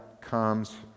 comes